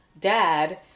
dad